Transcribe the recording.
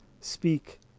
speak